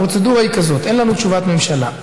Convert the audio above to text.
הפרוצדורה היא כזאת: אין לנו תשובת ממשלה.